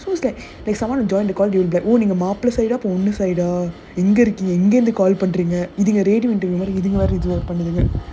so is like someone want to join the call they'll be like நீங்க மாப்பிள:neenga maapilla side ah பொண்ணு:ponnu side ah எங்க இருக்கீங்க எங்க இருந்து:enga irukeenga enga irunthu call பண்றீங்க:pandreenga radio இது வேற பண்ணுதுங்க:idhu vera pannuthunga